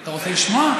אתה רוצה לשמוע?